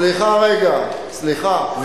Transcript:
סליחה, רגע, סליחה.